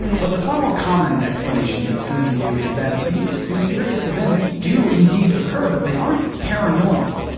but the far more common explanation in scooby-doo is that these mysterious events do indeed occur but they aren't paranormal,